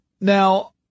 Now